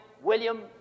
William